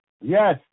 Yes